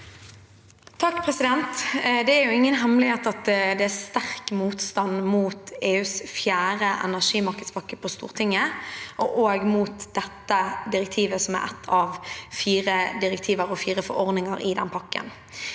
(R) Det er ingen hemme- lighet at det er sterk motstand mot EUs fjerde energimarkedspakke på Stortinget og også mot dette direktivet, som er ett av fire direktiver og fire forordninger i den pakken.